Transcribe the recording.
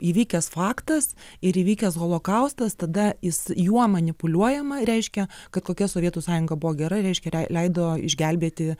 įvykęs faktas ir įvykęs holokaustas tada jis juo manipuliuojama reiškia kad kokia sovietų sąjunga buvo gera reiškia leido išgelbėti